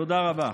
תודה רבה.